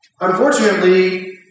Unfortunately